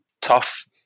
tough